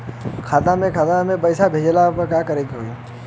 खाता से खाता मे पैसा भेजे ला का करे के होई?